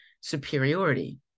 superiority